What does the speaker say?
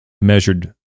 measured